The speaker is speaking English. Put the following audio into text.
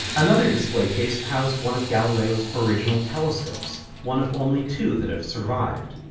another display case housed one of galileo's original telescopes, one of only two that have survived.